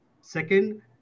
Second